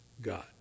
God